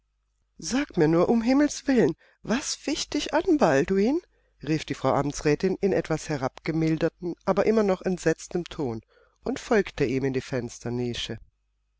sag mir nur ums himmelswillen was ficht dich an balduin rief die frau amtsrätin in etwas herabgemildertem aber immer noch entsetztem ton und folgte ihm in die